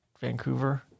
Vancouver